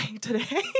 today